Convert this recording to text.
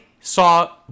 saw